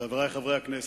חברי חברי הכנסת,